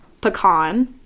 pecan